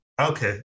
okay